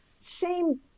shame